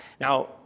Now